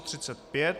35.